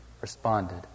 responded